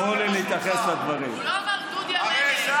הוא לא אמר לי: